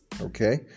Okay